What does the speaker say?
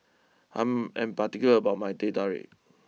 I'm I'm particular about my Teh Tarik